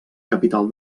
capital